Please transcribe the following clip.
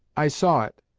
i saw it,